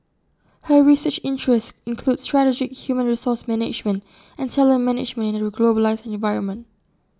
her research interests include strategic human resource management and talent management in A globalised environment